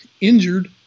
injured